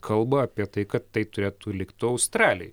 kalba apie tai kad tai turėtų likti australijoj